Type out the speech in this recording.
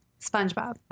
SpongeBob